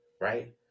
right